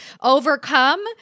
overcome